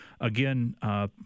again